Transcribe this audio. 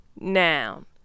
noun